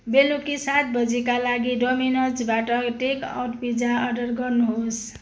बेलुकी सात बजीका लागि डोमिनोजबाट टेकआउट पिज्जा अर्डर गर्नुहोस्